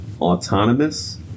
Autonomous